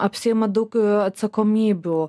apsiima daug atsakomybių